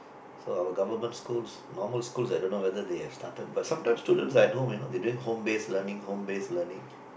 so our government schools normally schools I don't know whether they have started but sometime students I know they are doing home base learning home base learning